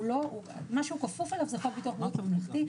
מה שכפוף אליו זה חוק ביטוח בריאות ממלכתי,